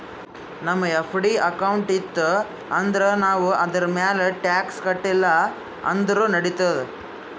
ನಮ್ದು FD account ಇತ್ತು ಅಂದುರ್ ನಾವ್ ಅದುರ್ಮ್ಯಾಲ್ ಟ್ಯಾಕ್ಸ್ ಕಟ್ಟಿಲ ಅಂದುರ್ ನಡಿತ್ತಾದ್